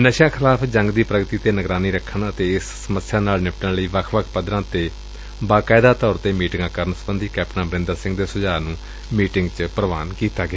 ਨਸ਼ਿਆਂ ਵਿਰੁੱਧ ਜੰਗ ਚ ਪ੍ਰਗਤੀ ਤੇ ਨਿਗਰਾਨੀ ਰੱਖਣ ਅਤੇ ਇਸ ਸਮੱਸਿਆ ਨਾਲ ਨਿਪਟਣ ਲਈ ਵੱਖ ਵੱਖ ਪੱਧਰਾਂ ਤੇ ਨਿਯਮਿਤ ਤੌਰ ਤੇ ਮੀਟਿੰਗਾਂ ਕਰਨ ਬਾਰੇ ਕੈਪਟਨ ਅਮਰੰਦਰ ਸਿੰਘ ਦੇ ਸੁਝਾਅ ਨੁੰ ਮੀਟਿੰਗ ਦੌਰਾਨ ਪ੍ਰਵਾਨ ਕਰ ਲਿਆ ਗਿਆ